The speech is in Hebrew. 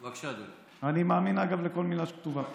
אגב, אני מאמין לכל מילה שכתובה פה.